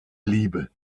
liebe